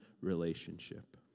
relationship